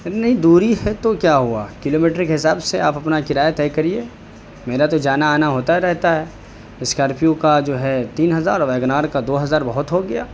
نہیں دوری ہے تو کیا ہوا کلو میٹر کے حساب سے آپ اپنا کرایہ طے کریے میرا تو جانا آنا ہوتا رہتا ہے اسکارپیو کا جو ہے تین ہزار اور ویگن آر کا دو ہزار بہت ہو گیا